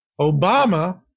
Obama